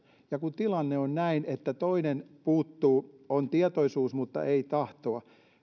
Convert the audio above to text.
ja kun tilanne on näin että toinen puuttuu on tietoisuus mutta ei tahtoa